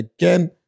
again